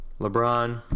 LeBron